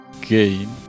gain